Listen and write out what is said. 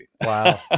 Wow